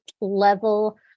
level